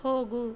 ಹೋಗು